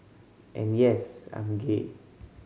and yes I'm gay